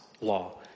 law